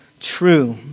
true